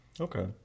okay